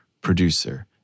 producer